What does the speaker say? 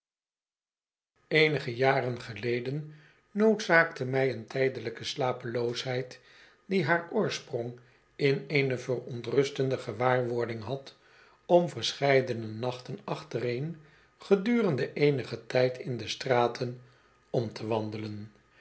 eenige jaren geleden noodzaakte mij een tijdelijke slapeloosheid die haar oorsprong in eene verontrustende gewaarwording had om verscheidene nachten achtereen gedurende eenigen tijd in de straten om te wandelen